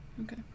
Okay